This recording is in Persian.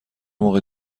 موقع